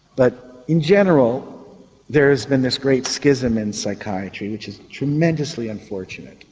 but in general there's been this great schism in psychiatry which is tremendously unfortunate.